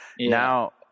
Now